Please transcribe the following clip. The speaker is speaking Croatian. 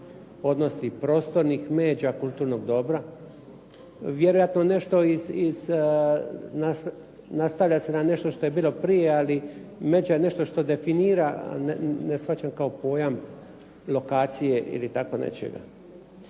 odnosi prostornih međa kulturnog dobra. Vjerojatno nešto, nastavlja se na nešto što je bilo prije, ali međa je nešto što definira, ne shvaćam kao pojam lokacije ili tako nečega.